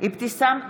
אבתיסאם מראענה,